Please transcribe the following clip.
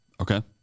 Okay